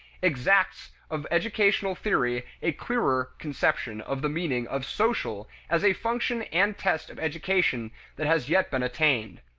exacts of educational theory a clearer conception of the meaning of social as a function and test of education than has yet been attained.